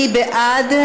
מי בעד?